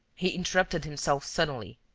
he interrupted himself suddenly,